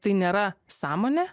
tai nėra sąmonė